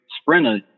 sprinter